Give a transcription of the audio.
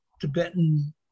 Tibetan